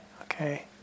Okay